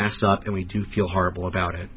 matched up and we do feel horrible about it